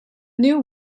new